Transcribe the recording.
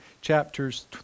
chapters